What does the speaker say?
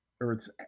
Earth's